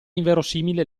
inverosimile